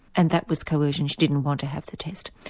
and that was coercion, she didn't want to have the test.